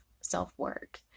self-work